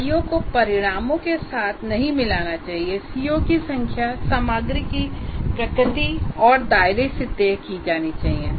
इकाइयों को परिणामों के साथ नहीं मिलाना चाहिए सीओ की संख्या सामग्री की प्रकृति और दायरे से तय की जानी चाहिए